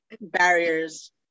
barriers